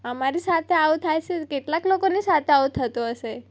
અમારી સાથે આવું થાય છે તો કેટલાક લોકોની સાથે આવું થતું હશે